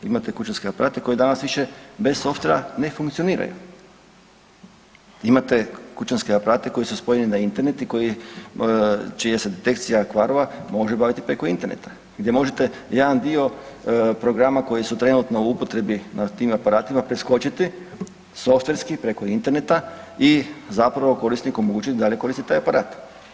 Imate kućanske aparate koji danas više bez softvera ne funkcioniraju, imate kućanske aparate koji su spojeni na Internet čija se detekcija kvarova može obaviti preko interneta i gdje možete jedan dio programa koji su trenutno u upotrebi na tim aparatima preskočiti softverski preko interneta i zapravo korisniku omogućiti da i dalje koristi taj aparat.